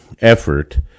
effort